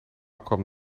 kwam